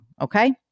Okay